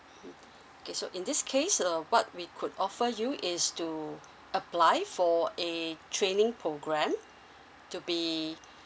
mm okay so in this case uh what we could offer you is to apply for a training program to be